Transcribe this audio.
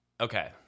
Okay